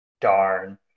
darn